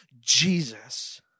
Jesus